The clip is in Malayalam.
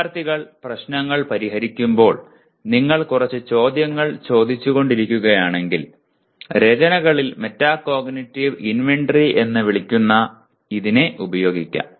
വിദ്യാർത്ഥികൾ പ്രശ്നങ്ങൾ പരിഹരിക്കുമ്പോൾ നിങ്ങൾ കുറച്ച് ചോദ്യങ്ങൾ ചോദിച്ചുകൊണ്ടിരിക്കുകയാണെങ്കിൽ രചനകളിൽ മെറ്റാകോഗ്നിറ്റീവ് ഇൻവെന്ററി എന്ന് വിളിക്കുന്ന ഇതിനെ ഉപയോഗിക്കാം